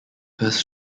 first